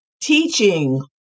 teaching